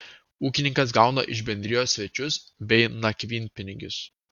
ūkininkas gauna iš bendrijos svečius bei nakvynpinigius